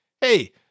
hey